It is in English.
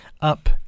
up